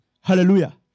Hallelujah